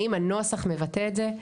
האם הנוסח מבטא את זה?